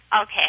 okay